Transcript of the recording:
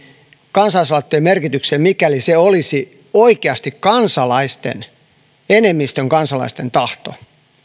kansalaisaloitteen merkityksen mikäli se olisi oikeasti kansalaisten kansalaisten enemmistön tahto